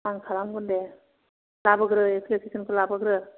आं खालामगोन दे लाबोग्रो एफ्लिखेसनखौ लाबोग्रो